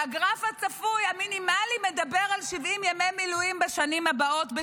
והגרף המינימלי הצפוי מדבר על 70 ימי מילואים בשנה בשנים הבאות.